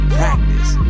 practice